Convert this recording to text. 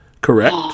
Correct